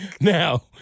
Now